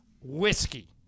whiskey